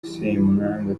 ssemwanga